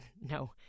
no